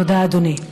תודה, אדוני.